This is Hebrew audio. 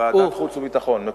חוץ וביטחון.